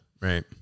Right